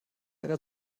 der